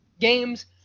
games